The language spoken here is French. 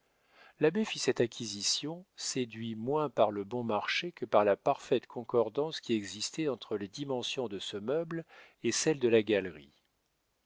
l'abbé fit cette acquisition séduit moins par le bon marché que par la parfaite concordance qui existait entre les dimensions de ce meuble et celles de la galerie